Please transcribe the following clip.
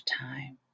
time